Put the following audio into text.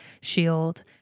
shield